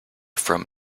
from